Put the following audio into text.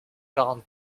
quarante